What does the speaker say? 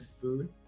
food